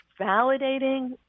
validating